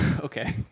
Okay